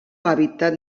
hàbitat